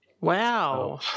wow